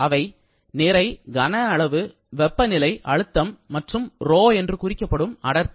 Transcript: அவை நிறை கன அளவு வெப்பநிலை அழுத்தம் மற்றும் ரோ ρ என்று குறிக்கப்படும் அடர்த்தி